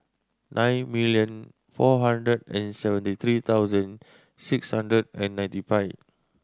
nine million four hundred and seventy three thousand six hundred and ninety five